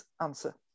answer